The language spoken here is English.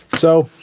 so,